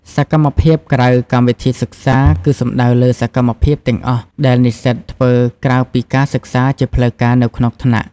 សកម្មភាពក្រៅកម្មវិធីសិក្សា គឺសំដៅលើសកម្មភាពទាំងអស់ដែលនិស្សិតធ្វើក្រៅពីការសិក្សាជាផ្លូវការនៅក្នុងថ្នាក់។